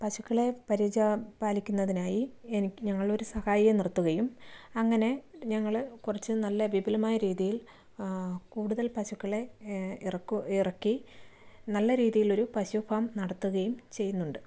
പശുക്കളെ പരിപാലിക്കുന്നതിനായി എനിക്ക് ഞങ്ങളൊരു സഹായിയെ നിർത്തുകയും അങ്ങനെ ഞങ്ങള് കുറച്ച് നല്ല വിപുലമായ രീതിയിൽ കൂടുതൽ പശുക്കളെ ഇറക്കി നല്ല രീതിയിലൊരു പശു ഫാം നടത്തുകയും ചെയ്യുന്നുണ്ട്